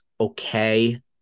okay